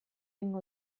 egingo